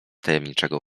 tajemniczego